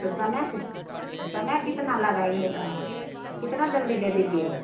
तो समय के कितना कितना लगाइएगा कितना जल्दी दे दीजिएगा